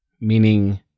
Meaning